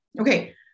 Okay